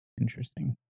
Interesting